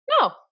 No